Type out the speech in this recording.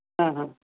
हां हां